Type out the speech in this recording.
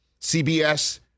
cbs